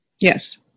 Yes